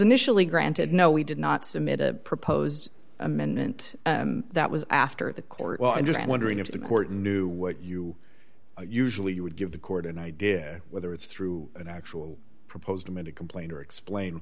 initially granted no we did not submit a proposed amendment that was after the court well i'm just wondering if the court knew what you usually would give the court and idea whether it's through an actual proposed amended complaint or explain